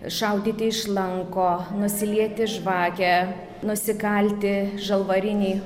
šaudyti iš lanko nusilieti žvakę nusikalti žalvarinį